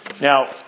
Now